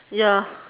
ya